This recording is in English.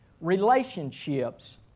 relationships